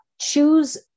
Choose